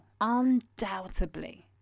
undoubtedly